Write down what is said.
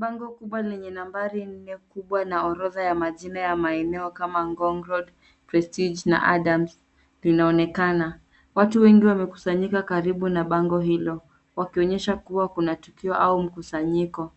Bango kublwa lenye nambari nne kubwa na orodha ya majina ya maeneo kama Ngong road , prestige na adams linaonekana. Watu wengi wamekusanyika karibu na bango hilo wakionyesha kuwa kuna tukio au mkusanyiko.